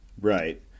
Right